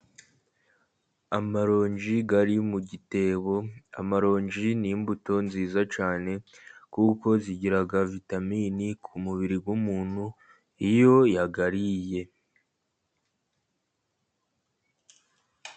Amaronji ari mu gitebo, amaronji ni imbuto nziza cyane kuko agira vitamini ku mubiri w'umuntu iyo yayariye.